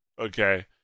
Okay